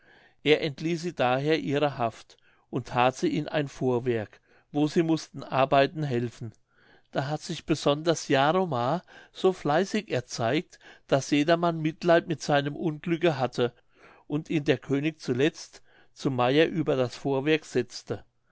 er entließ sie daher ihrer haft und that sie in ein vorwerk wo sie mußten arbeiten helfen da hat sich besonders jaromar so fleißig erzeigt daß jedermann mitleid mit seinem unglücke hatte und ihn der könig zuletzt zum meier über das vorwerk setzte